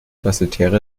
basseterre